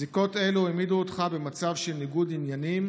זיקות אלה העמידו אותך במצב של ניגוד עניינים